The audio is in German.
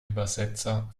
übersetzer